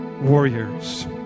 warriors